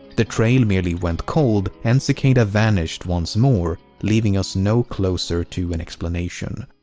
the trail merely went cold and cicada vanished once more leaving us no closer to an explanation.